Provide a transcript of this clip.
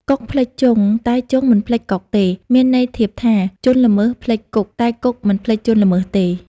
កុកភ្លេចជង់ តែជង់មិនភ្លេចកុកទេ មានន័យធៀបថា ជនល្មើសភ្លេចគុក តែគុកមិនភ្លេចជនល្មើសទេ។